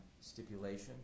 stipulation